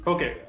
Okay